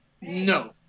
No